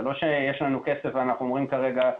זה לא שיש לנו כסף ואנחנו אומרים כרגע: